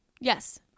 Yes